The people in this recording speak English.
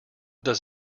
does